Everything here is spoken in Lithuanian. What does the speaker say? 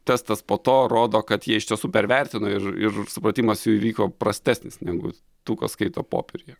testas po to rodo kad jie iš tiesų pervertino ir ir supratimas įvyko prastesnis negu tų kas skaito popieriuje